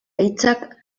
hitzak